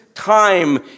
time